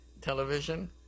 television